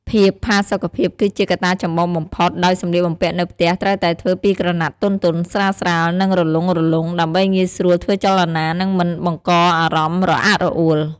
ភាពផាសុកភាពគឺជាកត្តាចំបងបំផុត ដោយសម្លៀកបំពាក់នៅផ្ទះត្រូវតែធ្វើពីក្រណាត់ទន់ៗ ស្រាលៗ និងរលុងៗ ដើម្បីងាយស្រួលធ្វើចលនា និងមិនបង្កអារម្មណ៍រអាក់រអួល។